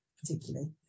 particularly